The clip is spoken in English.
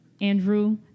Andrew